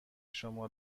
شما